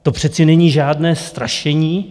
To přece není žádné strašení.